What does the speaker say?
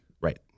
Right